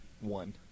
one